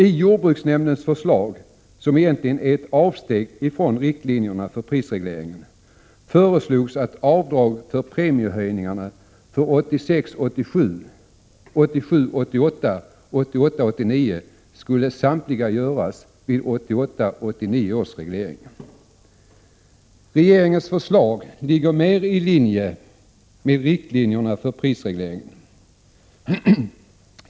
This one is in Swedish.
I jordbruksnämndens förslag, som egentligen är ett avsteg från riktlinjerna för prisregleringen, föreslogs att avdrag för premiehöjningarna för 1986 88 och 1988 89 års reglering. Regeringens förslag ligger mer i linje med riktlinjerna för prisregleringen.